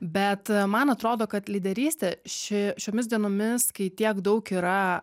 bet man atrodo kad lyderystė ši šiomis dienomis kai tiek daug yra